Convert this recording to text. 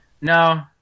No